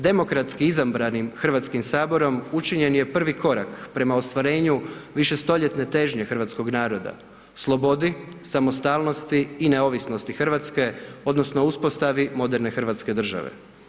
Demokratski izabranim Hrvatskim saborom učinjen je prvi korak prema ostvarenju višestoljetne težnje hrvatskog naroda, slobodi, samostalnosti i neovisnosti Hrvatske, odnosno uspostavi moderne hrvatske države.